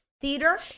Theater